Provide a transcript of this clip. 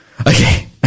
okay